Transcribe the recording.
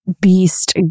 Beast